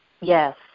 yes